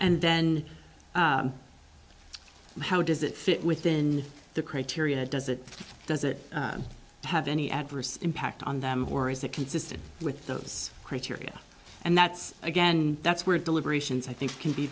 and then and how does it fit within the criteria does it does it have any adverse impact on them or is it consistent with those criteria and that's again that's where deliberations i think can be